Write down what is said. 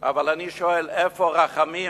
אבל אני שואל, איפה הרחמים?